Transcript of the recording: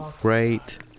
great